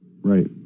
Right